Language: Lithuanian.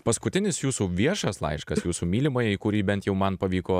paskutinis jūsų viešas laiškas jūsų mylimajai kurį bent jau man pavyko